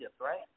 right